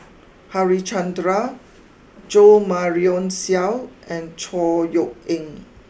Harichandra Jo Marion Seow and Chor Yeok Eng